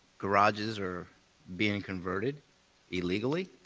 garages are being converted illegally.